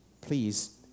Please